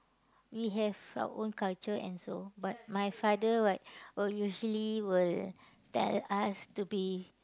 we have our own culture and so but my father will like wille usually will tell us to be